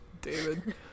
david